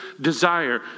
desire